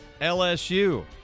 LSU